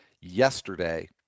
yesterday